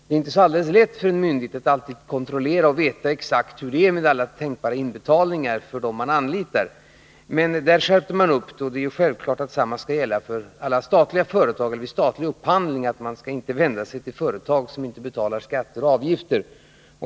Det är ju inte alltid så lätt för en myndighet att kontrollera och exakt ker veta hur det är med alla tänkbara inbetalningar för dem man anlitar. Men där skärpte man kontrollen, och det är självklart att detsamma skall gälla för alla statliga företag och vid statlig upphandling — att man inte skall vända sig till företag som inte betalt skatter och avgifter.